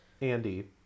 Andy